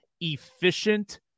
efficient